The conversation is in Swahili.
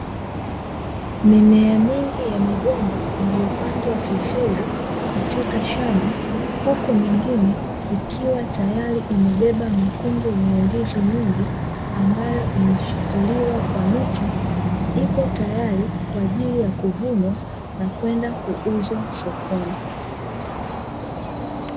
Mimea mingi ya migomba iliyopandwa vizuri katika shamba, huku mingine ikiwa tayari imebeba mikungu yenye ndizi nyingi, ambayo imeshikiliwa kwa miti. Ipo tayari kwa ajili ya kuvunwa na kwenda kuuzwa sokoni.